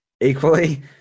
equally